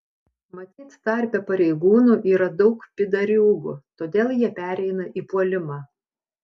matyt tarpe pareigūnų yra daug pydariūgų todėl jie pereina į puolimą